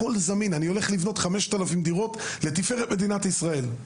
אני הולך לבנות 5,000 דירות לתפארת מדינת ישראל.